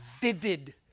vivid